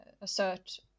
assert